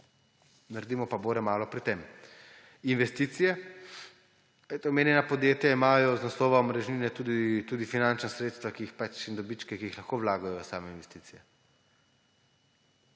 naredimo pa bore malo pri tem. Investicije – omenjena podjetja imajo iz naslova omrežnine tudi finančna sredstva in dobičke, ki jih lahko vlagajo v same investicije.